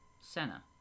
Senna